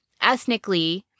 ethnically